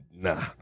nah